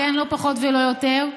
לא פחות ולא יותר.